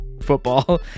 football